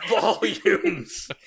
volumes